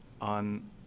on